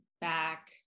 back